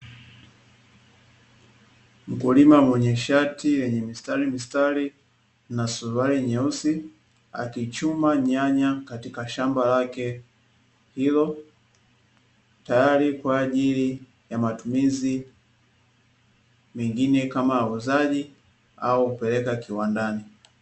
Mkulima mwenye shati lenye mistari mistari na suruali nyeusi, akichuma nyanya katika shamba lake hilo, tayari kwa ajili ya matumizi mengine kama uuzaji au kupeleka kiwandani.